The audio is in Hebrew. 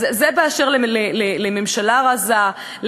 אז זה באשר לממשלה רזה,